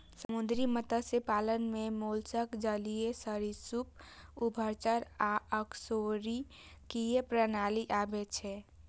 समुद्री मत्स्य पालन मे मोलस्क, जलीय सरिसृप, उभयचर आ अकशेरुकीय प्राणी आबै छै